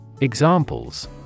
Examples